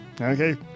Okay